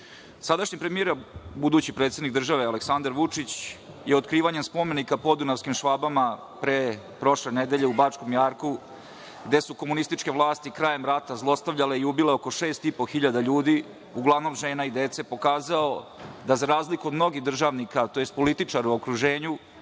pitanja. Sadašnji premijer, a budući predsednik države Aleksandar Vučić je otkrivanjem spomenika Podunavskim Švabama prošle nedelje u Bačkom Jarku, gde su komunističke vlasti krajem rata zlostavljale i ubile oko 6.500 ljudi, uglavnom žena i dece, pokazao da za razliku od mnogih državnika, tj. političara u okruženju,